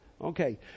Okay